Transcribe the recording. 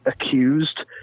accused